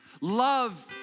Love